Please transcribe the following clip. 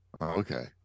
okay